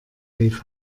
rief